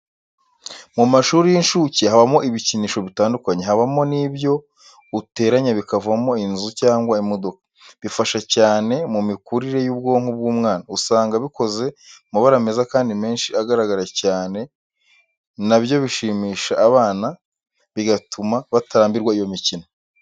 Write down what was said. Mu mashuri y'incuke habamo ibikinisho bitandukanye, habamo n'ibyo uteranya bikavamo inzu cyangwa imodoka, bifasha cyane mu mikurire y'ubwonko bw'umwana. Usanga bikoze mu mabara meza kandi menshi agaragara cyane na byo bishimisha abana bigatuma batarambirwa iyo mikino.